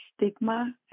stigma